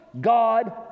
God